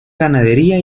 ganadería